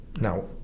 Now